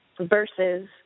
versus